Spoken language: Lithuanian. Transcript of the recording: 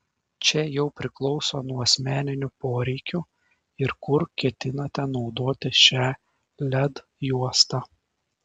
čia jau priklauso nuo asmeninių poreikių ir kur ketinate naudoti šią led juostą